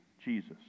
Jesus